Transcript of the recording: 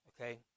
okay